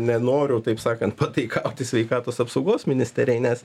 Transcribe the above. nenoriu taip sakant pataikauti sveikatos apsaugos ministerijai nes